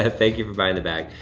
ah thank you for buying the bag.